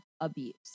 abuse